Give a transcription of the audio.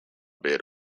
bid